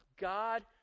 God